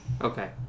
Okay